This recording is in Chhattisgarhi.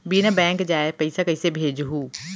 बिना बैंक जाए पइसा कइसे भेजहूँ?